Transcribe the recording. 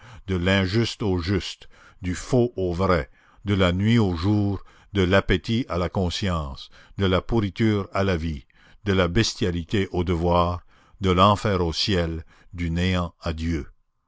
de l'injuste au juste du faux au vrai de la nuit au jour de l'appétit à la conscience de la pourriture à la vie de la bestialité au devoir de l'enfer au ciel du néant à dieu